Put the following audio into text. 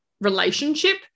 relationship